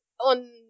on